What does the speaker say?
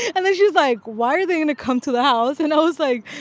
and then she was like, why are they going to come to the house? and i was like,